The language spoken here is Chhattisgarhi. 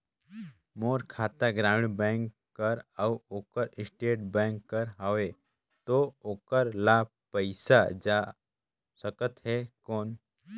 मोर खाता ग्रामीण बैंक कर अउ ओकर स्टेट बैंक कर हावेय तो ओकर ला पइसा जा सकत हे कौन?